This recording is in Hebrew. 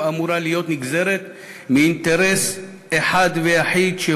אמורה להיות נגזרת מאינטרס אחד ויחיד,